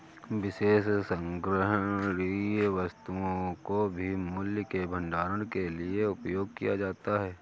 विशेष संग्रहणीय वस्तुओं को भी मूल्य के भंडारण के लिए उपयोग किया जाता है